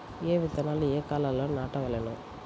ఏ విత్తనాలు ఏ కాలాలలో నాటవలెను?